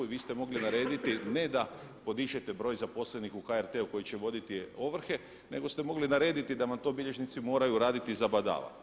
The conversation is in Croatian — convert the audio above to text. Vi ste mogli narediti ne da podižete broj zaposlenih u HRT-u koji će voditi ovrhe nego ste mogli narediti da vam to bilježnici moraju raditi za badava.